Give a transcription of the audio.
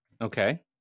Okay